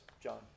John